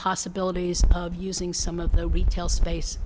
possibilities of using some of the retail space